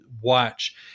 watch